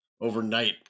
overnight